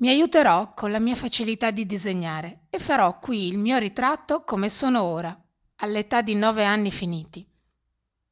i aiuterò con la mia facilità di disegnare e farò qui il mio ritratto come sono ora all'età di nove anni finiti